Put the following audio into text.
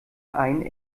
einen